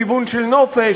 לכיוון של נופש.